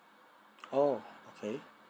oh okay